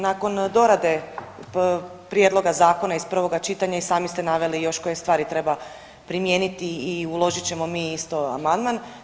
Nakon dorade Prijedloga zakona iz prvoga čitanja i sami ste naveli još koje stvari treba primijeniti i uložit ćemo mi isto amandman.